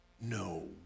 No